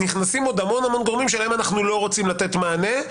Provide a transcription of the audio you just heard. נכנסים עוד המון גורמים שלהם אנחנו לא רוצים לתת מענה.